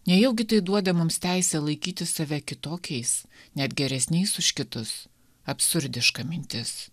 nejaugi tai duoda mums teisę laikyti save kitokiais net geresniais už kitus absurdiška mintis